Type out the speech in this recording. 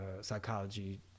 psychology